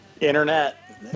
Internet